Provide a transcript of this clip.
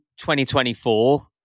2024